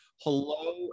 hello